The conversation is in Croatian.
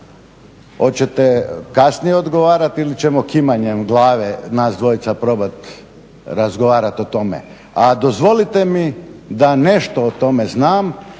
hoćete kasnije odgovarati ili ćemo kimanjem glave nas dvojica probat razgovarat o tome. A dozvolite mi da nešto o tome znam,